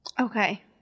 okay